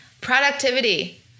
productivity